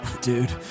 Dude